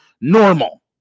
normal